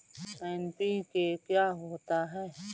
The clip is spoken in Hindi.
एन.पी.के क्या होता है?